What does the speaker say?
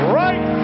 right